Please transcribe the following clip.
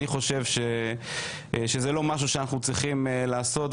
אני חושב שזה לא משהו שאנחנו צריכים לעשות,